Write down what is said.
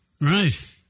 right